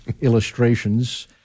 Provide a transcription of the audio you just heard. illustrations